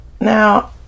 Now